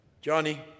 Johnny